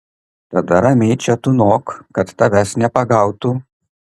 tada ramiai čia tūnok kad tavęs nepagautų